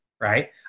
right